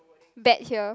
back here